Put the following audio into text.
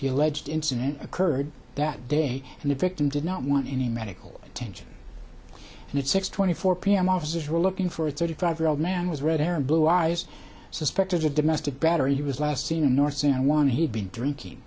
the alleged incident occurred that day and the victim did not want any medical attention and at six twenty four p m officers were looking for a thirty five year old man was red hair and blue eyes suspected of domestic battery he was last seen in north san juan he'd been drinking